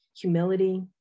humility